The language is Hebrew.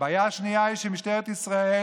הבעיה השנייה היא שבמשטרת ישראל,